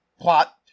plot